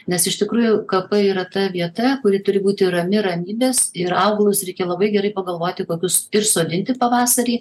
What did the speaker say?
nes iš tikrųjų kapai yra ta vieta kuri turi būti rami ramybės ir augalus reikia labai gerai pagalvoti kokius ir sodinti pavasarį